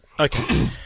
Okay